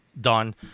done